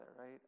right